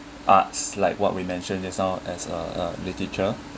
arts like what we mentioned just now as uh uh literature